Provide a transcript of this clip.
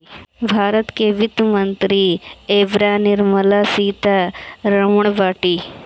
भारत के वित्त मंत्री एबेरा निर्मला सीता रमण बाटी